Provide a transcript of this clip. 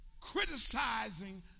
criticizing